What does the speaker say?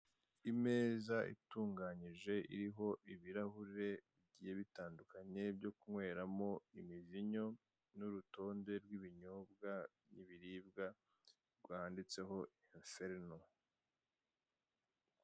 Imeza itunganyije iriho ibirahure bigiye bitandukanye byo kunyweramo imivinyo, n'urutonde rw'ibinyobwa n'ibiribwa bwanditseho inoserino.